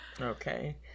Okay